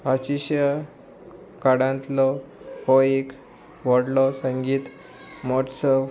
आशिया खंडांतलो हो एक व्हडलो संगीत म्होत्सव